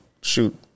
shoot